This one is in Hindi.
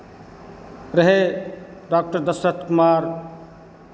रहे डॉक्टर दसरथ कुमार